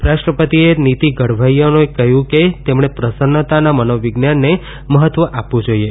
ઉપરાષ્ટ્રપતિએ નીતિ ઘડવૈયાઓને કહ્યું કે તેમણે પ્રસન્નતાના મનોવિજ્ઞાનને મહત્વ આપવું જોઈએ